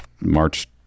March